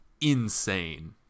insane